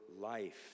life